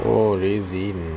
oh resin